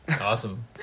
awesome